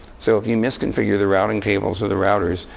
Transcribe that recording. so if you mis-configure the routing cables of the routers,